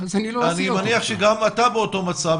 אני מניח שגם אתה באותו מצב,